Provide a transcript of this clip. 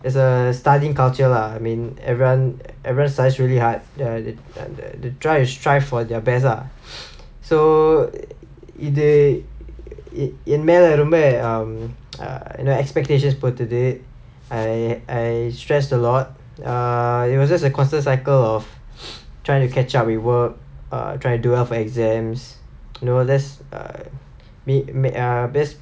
it's a studying culture lah I mean everyone everyone studies really hard the the the the drive to strive for the best lah so இது:ithu um err என் மேல ரொம்ப என்ன:en mela romba enna expectations பொத்துது:pothuthu I I stressed a lot err it was just a constant cycle of trying to catch up with work err trying to do well for exams you know less err best